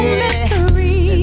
mystery